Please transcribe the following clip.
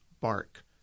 bark